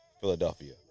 Philadelphia